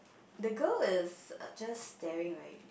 the girl is just staring right